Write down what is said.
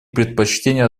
предпочтение